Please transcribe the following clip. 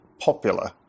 popular